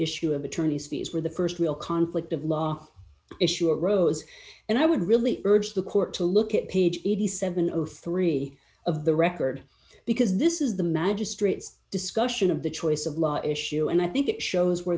issue of attorney's fees where the st real conflict of law issue arose and i would really urge the court to look at page eighty seven dollars or three of the record because this is the magistrate's discussion of the choice of law issue and i think it shows where